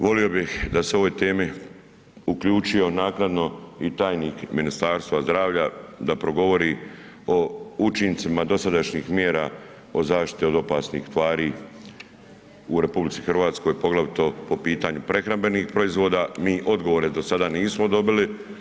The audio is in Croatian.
Volio bih da se u ovoj temi uključio naknadno i tajnik Ministarstva zdravlja da progovori o učincima dosadašnjih mjera o zaštiti od opasnih tvari u RH, poglavito po pitanju prehrambenih proizvoda, mi odgovore do sada nismo dobili.